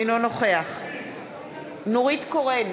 אינו נוכח נורית קורן,